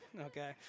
okay